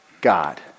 God